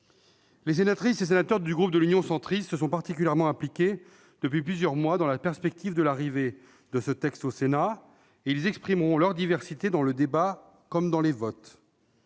Les sénatrices et sénateurs du groupe Union Centriste se sont particulièrement impliqués, depuis plusieurs mois, dans la perspective de l'arrivée de ce texte au Sénat, et ils exprimeront leur diversité dans le débat comme lors des votes.